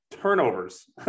turnovers